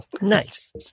Nice